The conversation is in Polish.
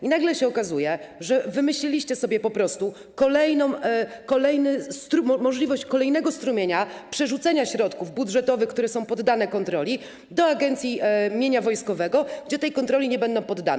I nagle się okazuje, że wymyśliliście sobie po prostu możliwość kolejnego strumienia przerzucenia środków budżetowych, które są poddane kontroli, do Agencji Mienia Wojskowego, gdzie tej kontroli nie będą poddane.